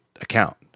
account